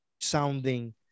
sounding